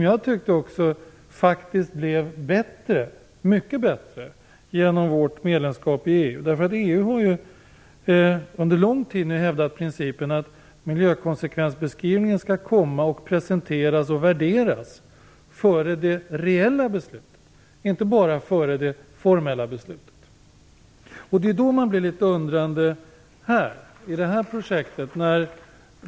Jag tyckte att det faktiskt blev mycket bättre genom vårt medlemskap i EU. EU har nu under lång tid hävdat principen att miljökonsekvensbeskrivningen skall presenteras och värderas före det reella beslutet, inte bara före det formella beslutet. Då blir man litet undrande inför det här konkreta projektet.